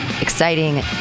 Exciting